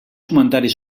comentaris